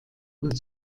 und